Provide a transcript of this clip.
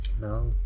No